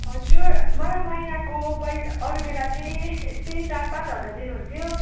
हजुर मलाई महिनाको पै अरू बेला चाहिँ यस्तै चार पाँच हजार दिनुहुन्थ्यो